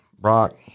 Brock